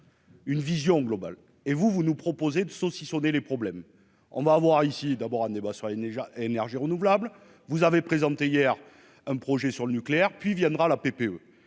une vision globale et vous, vous nous proposez de saucissonner les problèmes, on va voir ici d'abord un débat sur les énergies renouvelables, vous avez présenté hier un projet sur le nucléaire, puis viendra la PPE,